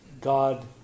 God